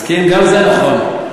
מסכים, גם זה נכון.